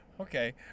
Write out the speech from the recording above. Okay